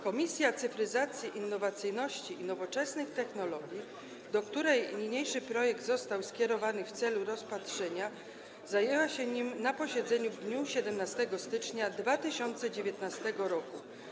Komisja Cyfryzacji, Innowacyjności i Nowoczesnych Technologii, do której niniejszy projekt został skierowany w celu rozpatrzenia, zajęła się nim na posiedzeniu w dniu 17 stycznia 2019 r.